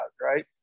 right